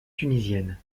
tunisienne